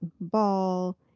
ball